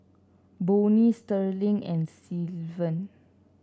Bonnie Sterling and Sylvan